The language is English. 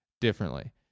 differently